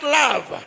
love